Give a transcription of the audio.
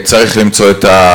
צריך למצוא את,